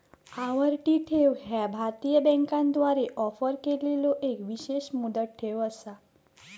आवर्ती ठेव ह्या भारतीय बँकांद्वारा ऑफर केलेलो एक विशेष मुदत ठेव असा